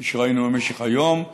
כפי שראינו במשך היום,